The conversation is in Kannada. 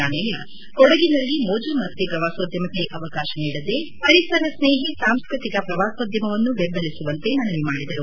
ನಾಣಯ್ಯ ಕೊಡಗಿನಲ್ಲಿ ಮೋಜು ಮಸ್ತಿ ಪ್ರವಾಸೋದ್ಭಮಕ್ಕೆ ಅವಕಾಶ ನೀಡದೆ ಪರಿಸರ ಸ್ನೇಹಿ ಸಾಂಸ್ಕತಿಕ ಪ್ರವಾಸೋದ್ಯಮವನ್ನು ದೆಂಬಲಿಸುವಂತೆ ಮನವಿ ಮಾಡಿದರು